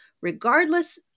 regardless